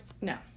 no